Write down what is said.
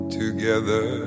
together